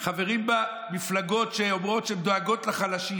חברות בה מפלגות שאומרות שהן דואגות לחלשים,